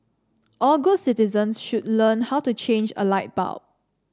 all good citizens should learn how to change a light bulb